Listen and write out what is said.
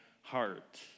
heart